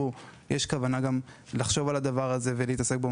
ויש כוונה גם לחשוב עליו ולהתעסק בו,